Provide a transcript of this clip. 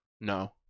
No